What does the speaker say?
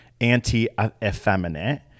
anti-effeminate